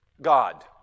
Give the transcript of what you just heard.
God